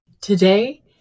Today